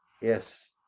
yes